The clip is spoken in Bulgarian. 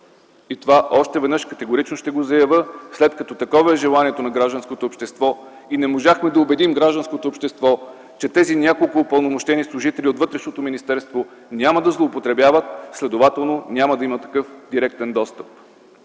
Това още веднъж категорично ще го заявя, след като такова е желанието на гражданското общество. Не можахме да убедим гражданското общество, че тези няколко упълномощени служители от Министерството на вътрешните работи няма да злоупотребяват, следователно няма да има такъв директен достъп.